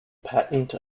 patent